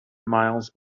miles